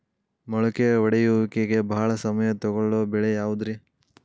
ಮೊಳಕೆ ಒಡೆಯುವಿಕೆಗೆ ಭಾಳ ಸಮಯ ತೊಗೊಳ್ಳೋ ಬೆಳೆ ಯಾವುದ್ರೇ?